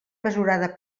mesurada